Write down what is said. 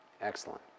Excellent